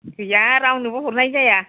गैया रावनोबो हरनाय जाया